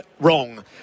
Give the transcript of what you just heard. wrong